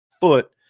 foot